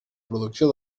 producció